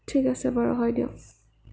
ঠিক আছে বাৰু হয় দিয়ক